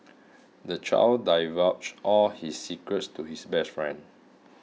the child divulged all his secrets to his best friend